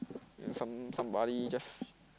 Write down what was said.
then some somebody just